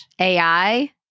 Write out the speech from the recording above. AI